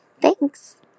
Thanks